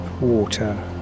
water